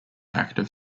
active